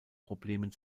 problemen